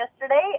yesterday